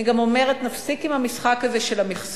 אני גם אומרת, נפסיק עם המשחק הזה של המכסות.